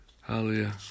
Hallelujah